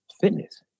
fitness